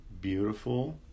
beautiful